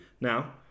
Now